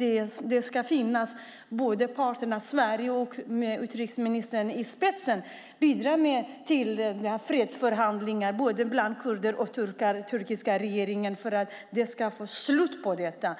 vi att båda parterna och Sverige med utrikesministern i spetsen ska bidra till fredsförhandlingar bland kurder, turkar och den turkiska regeringen. Så kan man få ett slut på detta.